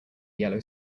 yellow